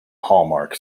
hallmark